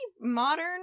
modern